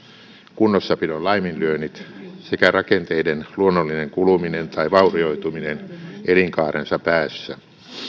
kunnossapidon laiminlyönnit sekä rakenteiden luonnollinen kuluminen tai vaurioituminen elinkaarensa päässä